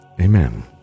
Amen